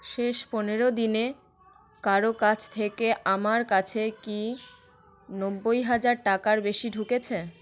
শেষ পনেরো দিনে কারো কাছ থেকে আমার কাছে কি নব্বই হাজার টাকার বেশি ঢুকেছে